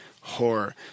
horror